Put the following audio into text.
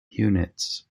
units